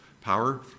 power